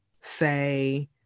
say